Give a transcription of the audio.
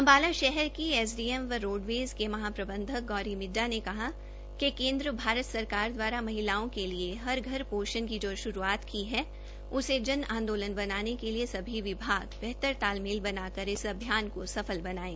अम्बाला शहर के S D M एवं रोडवेज के महाप्रबंधक गौरी मिड्डा ने कहा कि केन्द्र भारत सरकार द्वारा महिलाओं के लिए हर घर पोषण की जो शुरूआत की है उसे जन आंदोलन बनाने के लिए सभी विभाग बेहतर तालमेल बनाकर इस अभियान को सफल बनायें